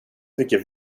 mycket